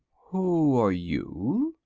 who are you?